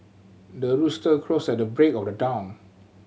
the rooster crows at the break of the dawn